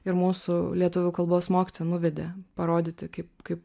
ir mūsų lietuvių kalbos mokytoja nuvedė parodyti kaip kaip